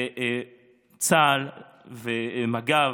וצה"ל ומג"ב,